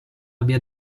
abbia